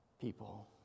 people